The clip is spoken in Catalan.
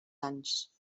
anys